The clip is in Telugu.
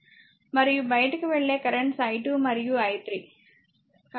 మరియు బయటకు వెళ్లే కరెంట్స్ i2 మరియు i3